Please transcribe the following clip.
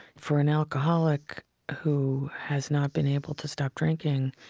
for an alcoholic who has not been able to stop drinking,